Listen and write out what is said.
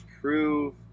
prove